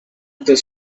the